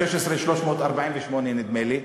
328, וב-2016, 348, נדמה לי.